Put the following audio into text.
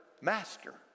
master